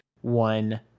one